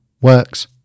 Works